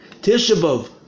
Tishabov